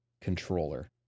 controller